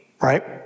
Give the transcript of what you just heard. right